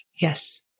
Yes